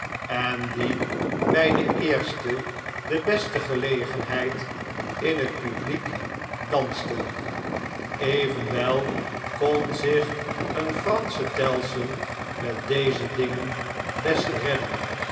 en die bjj de eerste de beste gelegenheid in het publiek dansten evenwel kon zich een fransche tellson met deze dingen best redden